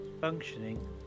functioning